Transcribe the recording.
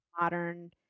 modern